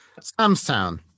Samstown